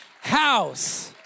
house